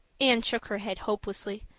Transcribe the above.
anne shook her head hopelessly.